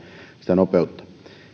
sitä nopeutta